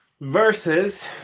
Versus